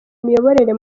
miyoborere